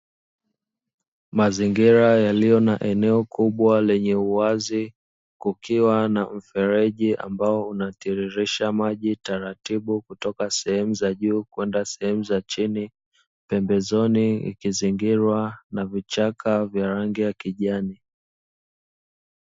Mazingira yaliyo na eneo kubwa lenye uwazi, kukiwa na mfereji ambao unatiririsha maji taratibu kutoka sehemu za juu kwenda sehemu za chini; pembezoni ikizingirwa na vichaka vya rangi ya kijani.